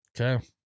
Okay